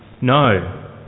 No